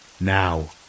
Now